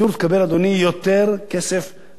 יותר כסף ממה שהיא מקבלת היום,